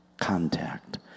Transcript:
contact